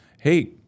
Hey